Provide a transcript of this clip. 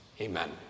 Amen